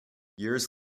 years